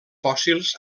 fòssils